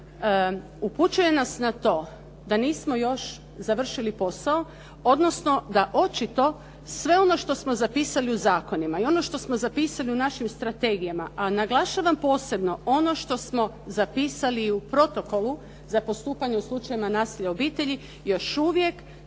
upućuje nas na to da nismo još završili posao odnosno da očito sve ono što smo zapisali u zakonima i ono što smo zapisali u našim strategijama a naglašavam posebno ono što smo zapisali u protokolu za postupanje u slučajevima nasilja u obitelji, još uvijek,